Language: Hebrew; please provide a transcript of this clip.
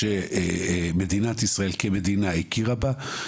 שמדינת ישראל כמדינה הכירה בה,